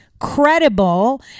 credible